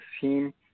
team